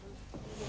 Hvala